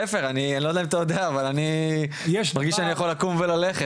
להיפך אני לא יודע אם אתה יודע אבל אני מרגיש שאני יכול לקום וללכת,